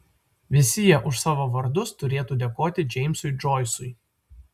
visi jie už savo vardus turėtų dėkoti džeimsui džoisui